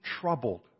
troubled